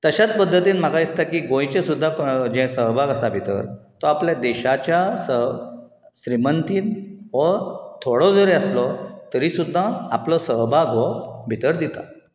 तश्यांच पद्दतीन म्हाका दिसता की गोंयचें सुद्दां जें सहभाग आसा भितर तो आपल्या देशाच्या स श्रिमंतीन हो थोडो जरी आसलो तरी सुद्दां आपलो सहभाग हो भितर दिता